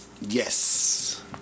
Yes